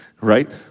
Right